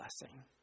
blessing